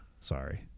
sorry